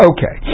Okay